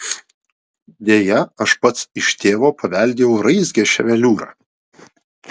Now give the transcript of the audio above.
deja aš pats iš tėvo paveldėjau raizgią ševeliūrą